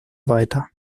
weiter